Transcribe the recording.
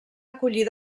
acollir